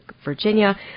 Virginia